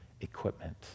equipment